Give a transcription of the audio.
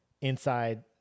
inside